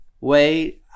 wait